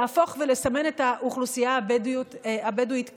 להפוך ולסמן את האוכלוסייה הבדואית כאויבת.